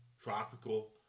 tropical